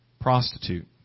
prostitute